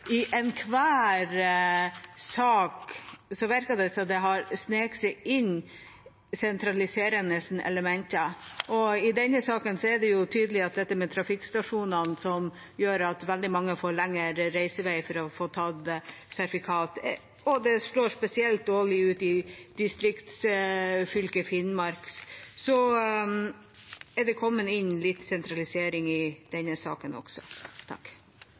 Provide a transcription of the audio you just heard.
i enhver sak virker som om sentraliserende elementer har sneket seg inn. I denne saken er det tydelig at det er dette med trafikkstasjoner, som gjør at veldig mange får lengre reisevei for å ta sertifikat. Det slår spesielt dårlig ut i distriktsfylket Finnmark. Så det har kommet inn litt sentralisering i denne saken også.